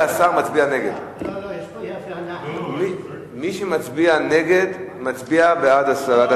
אנחנו עוברים לשאילתות לשרים.